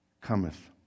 cometh